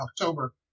October